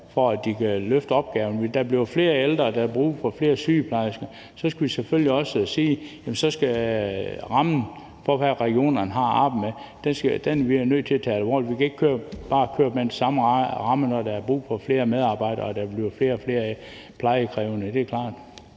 for at de kan løfte opgaven. For der bliver jo flere ældre og der er brug for flere sygeplejersker, og så skal vi selvfølgelig også sige, at vi tager den ramme, regionerne har at arbejde med, alvorligt. Vi kan ikke bare køre med den samme ramme, når der er brug for flere medarbejdere og der bliver flere og flere plejekrævende. Det er klart.